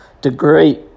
degree